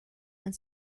and